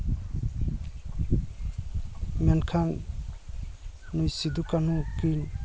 ᱢᱮᱱᱠᱷᱟᱱ ᱩᱱᱤ ᱥᱤᱫᱷᱩ ᱠᱟᱹᱱᱩ ᱠᱤᱱ